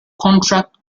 contract